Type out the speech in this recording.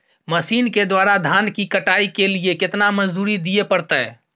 Machine के द्वारा धान की कटाइ के लिये केतना मजदूरी दिये परतय?